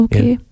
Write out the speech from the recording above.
Okay